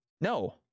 no